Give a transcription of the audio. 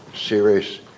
serious